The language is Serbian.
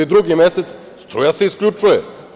Drugi mesec struja se isključuje.